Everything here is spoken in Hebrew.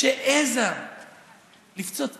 שהעזה לפצות פיה,